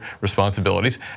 responsibilities